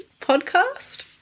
podcast